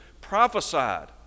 prophesied